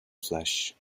flash